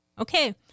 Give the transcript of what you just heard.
Okay